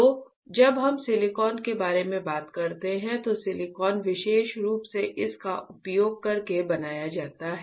तो जब हम सिलिकॉन के बारे में बात करते हैं तो सिलिकॉन विशेष रूप से किसका उपयोग करके बनाया जाता है